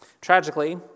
Tragically